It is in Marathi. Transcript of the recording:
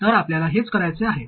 तर आपल्याला हेच करायचे आहे